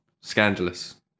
Scandalous